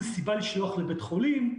סיבה לשלוח לבית החולים.